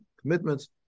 commitments